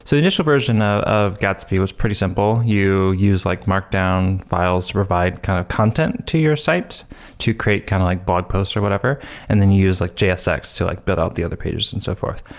the initial version ah of gatsby was pretty simple. you use like markdown files to provide kind of content to your site to create kind of like blog posts or whatever and then use like gsx to like build out the other pages and so forth.